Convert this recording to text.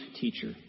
teacher